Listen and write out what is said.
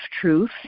truth